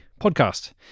podcast